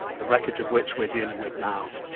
the wreckage of which we're dealing with now,